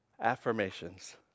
affirmations